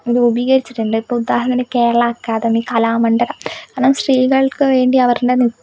രുപീകരിച്ചിട്ടുണ്ട് ഇപ്പം ഉദാഹരണത്തിന് കേരളാ അക്കാദമി കലാമണ്ഡലം കാരണം സ്ത്രീകള്ക്ക് വേണ്ടി അവര്